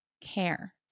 care